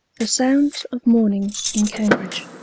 the sounds of morning in cambridge.